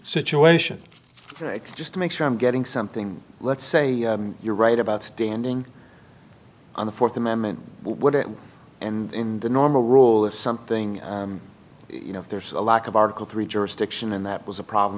situation just to make sure i'm getting something let's say you're right about standing on the fourth amendment and in the normal rule of something you know if there's a lack of article three jurisdiction and that was a problem